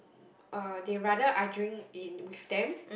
uh they rather I drink in with them